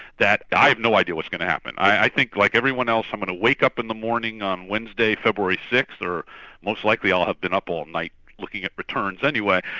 that i have no idea what's going to happen. i think like everyone else, i'm going to wake up in the morning on wednesday february sixth, or most likely i'll have been up all night looking at returns anyway,